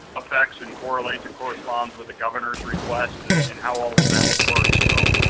affects and correlating corresponds with the governor's request and and how all of that would work. so